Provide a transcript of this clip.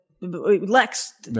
Lex